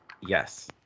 Yes